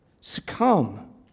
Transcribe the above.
succumb